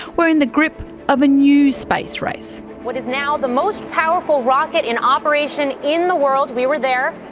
we're in the grip of a new space race. what is now the most powerful rocket in operation in the world, we were there,